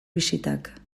bisitak